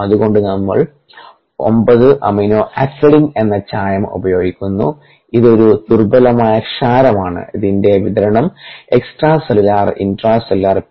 അത്കൊണ്ട് നമ്മൾ 9 അമിനോഅക്രിഡിൻ എന്ന ചായം ഉപയോഗിക്കുന്നു ഇത് ഒരു ദുർബലമായ ക്ഷാരമാണ് അതിന്റെ വിതരണം എക്സ്ട്രാ സെല്ലുലാർ ഇൻട്രാസെല്ലുലാർ പി